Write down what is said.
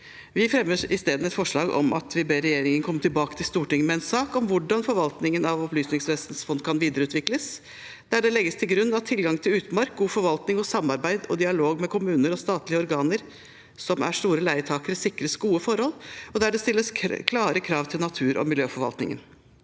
Vi fremmer isteden et forslag der vi ber regjeringen komme tilbake til Stortinget med en sak om hvordan forvaltningen av Opplysningsvesenets fond kan videreutvikles, der det legges til grunn at tilgang til utmark, god forvaltning og samarbeid og dialog med kommuner og statlige organer som er store leietakere, sikres gode forhold, og der det stilles klare krav til natur- og miljøforvaltningen.